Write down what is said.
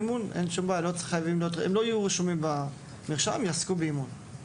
ובהם הם לא יהיו רשומים במרשם וימשיכו לעסוק באימון ללא בעיה.